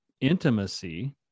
intimacy